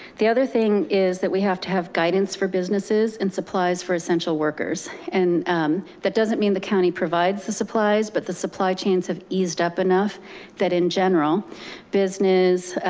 the other thing is that we have to have guidance for businesses and supplies for essential workers. and that doesn't mean the county provides the supplies, but the supply chains have eased up enough that in general business,